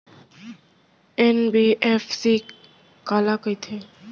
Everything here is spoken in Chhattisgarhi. एन.बी.एफ.सी काला कहिथे?